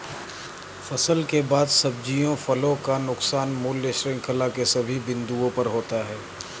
फसल के बाद सब्जियों फलों का नुकसान मूल्य श्रृंखला के सभी बिंदुओं पर होता है